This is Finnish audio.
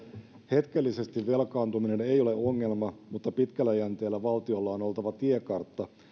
hetkellisesti velkaantuminen ei ole ongelma mutta pitkällä jänteellä valtiolla on oltava tiekartta